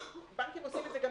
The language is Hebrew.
בנקים עושים את זה,